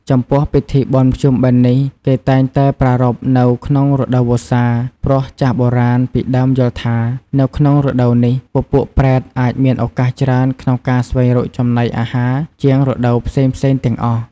ចំពោះពិធីបុណ្យភ្ជុំបិណ្ឌនេះ គេតែងតែប្រារព្ធនៅក្នុងរដូវវស្សា ព្រោះចាស់បុរាណពីដើមយល់ថា នៅក្នុងរដូវនេះ ពពួកប្រែតអាចមានឱកាសច្រើនក្នុងការស្វែងរកចំណីអាហារជាងរដូវផ្សេងៗទាំងអស់។